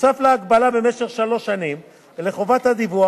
בנוסף להגבלה במשך שלוש שנים ולחובת הדיווח,